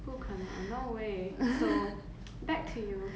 不可能 no way so back to you